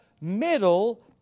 middle